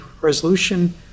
resolution